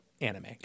anime